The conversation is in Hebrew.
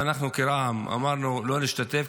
ואנחנו כרע"מ אמרנו: לא נשתתף,